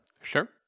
Sure